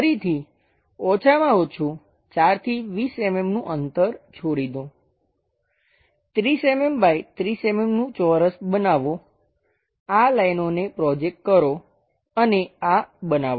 ફરીથી ઓછામાં ઓછું 4 થી 20 mm નું અંતર છોડી દો 30 mm બાય 30 mm નું ચોરસ બનાવો આ લાઈનોને પ્રોજેક્ટ કરો અને આ બનાવો